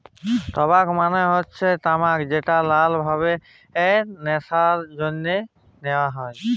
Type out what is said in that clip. টবাক মালে হচ্যে তামাক যেট লালা ভাবে ল্যাশার জ্যনহে লিয়া হ্যয়